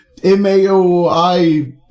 MAOI